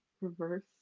reverse